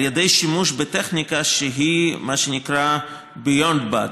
על ידי שימוש בטכניקה שהיא מה שנקרא Beyond BAT,